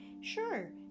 sure